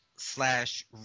slash